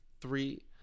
three